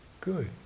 good